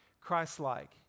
christ-like